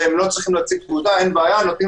ולא צריכים להציג תעודה - אין בעיה נותנים